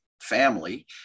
family